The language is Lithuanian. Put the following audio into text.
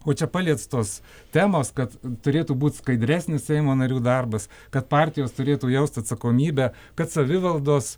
o čia paliestos temos kad turėtų būt skaidresnis seimo narių darbas kad partijos turėtų jaust atsakomybę kad savivaldos